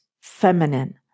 feminine